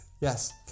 Yes